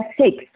six